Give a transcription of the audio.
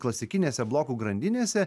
klasikinėse blokų grandinėse